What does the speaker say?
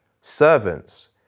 Servants